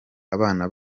abana